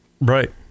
Right